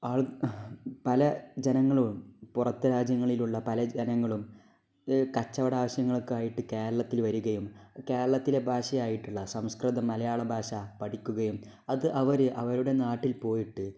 പല ജനങ്ങളും പുറത്ത് രാജ്യങ്ങളിലുള്ള പല ജനങ്ങളും കച്ചവടാവശ്യങ്ങൾക്കായിട്ട് കേരളത്തിൽ വരികയും കേരളത്തിലെ ഭാഷയായിട്ടുള്ള സംസ്കൃതം മലയാളഭാഷ പഠിക്കുകയും അത് അവര് അവരുടെ നാട്ടിൽ പോയിട്ട്